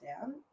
down